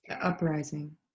uprising